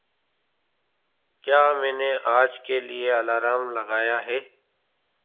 क्या मैंने आज के लिए अलारम लगाया है